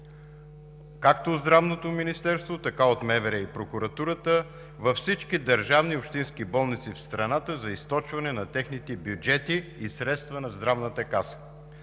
на Здравното министерство, МВР и Прокуратурата във всички държавни и общински болници в страната за източване на техните бюджети и средства на Здравната каса.